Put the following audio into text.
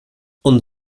und